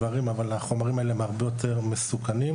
אבל החומרים האלה הם הרבה יותר מסוכנים,